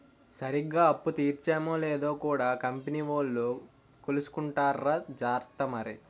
సరిగ్గా అప్పు తీర్చేమో లేదో కూడా కంపెనీ వోలు కొలుసుకుంటార్రా జార్త మరి